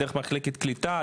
דרך מחלקת קליטה,